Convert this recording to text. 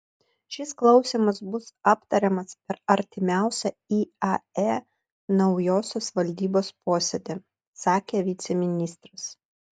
šis klausimas bus aptariamas per artimiausią iae naujosios valdybos posėdį sakė viceministras